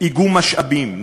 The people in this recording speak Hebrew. איגום משאבים,